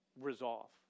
Resolve